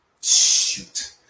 Shoot